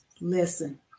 listen